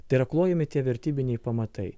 tai yra klojami tie vertybiniai pamatai